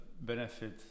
benefit